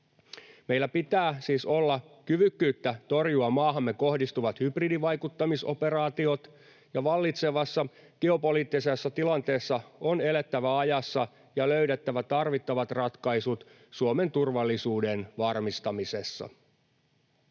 Meillä pitää siis olla kyvykkyyttä torjua maahamme kohdistuvat hybridivaikuttamisoperaatiot, ja vallitsevassa geopoliittisessa tilanteessa on elettävä ajassa ja löydettävä tarvittavat ratkaisut Suomen turvallisuuden varmistamisessa.